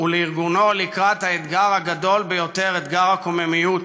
ולארגונו לקראת האתגר הגדול ביותר: אתגר הקוממיות